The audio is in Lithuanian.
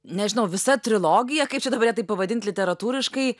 nežinau visa trilogija kaip čia dabar ją taip pavadint literatūriškai